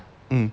mm